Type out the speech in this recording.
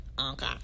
okay